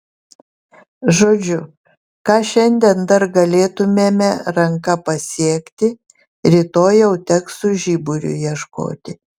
žodžiu ką šiandien dar galėtumėme ranka pasiekti rytoj jau teks su žiburiu ieškoti